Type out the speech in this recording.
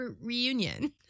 reunion